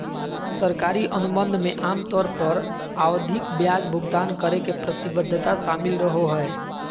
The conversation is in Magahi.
सरकारी अनुबंध मे आमतौर पर आवधिक ब्याज भुगतान करे के प्रतिबद्धता शामिल रहो हय